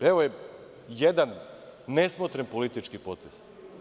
Evo jedan nesmotren politički potez.